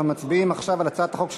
אנחנו מצביעים עכשיו על הצעת החוק של